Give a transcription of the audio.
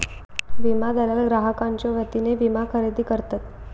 विमा दलाल ग्राहकांच्यो वतीने विमा खरेदी करतत